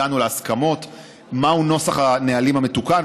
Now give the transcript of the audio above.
הגענו להסכמות מהו נוסח הנהלים המתוקן,